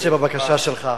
אני אתחשב בבקשה שלך.